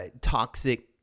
toxic